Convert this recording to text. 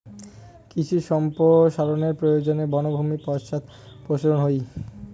কৃষি সম্প্রসারনের প্রয়োজনে বনভূমি পশ্চাদপসরন হই